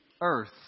earth